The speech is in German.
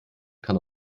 kann